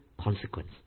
consequence